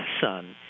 Son